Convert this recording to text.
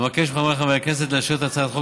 אבקש מחבריי חברי הכנסת לאשר את הצעת החוק